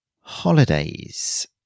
holidays